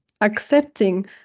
accepting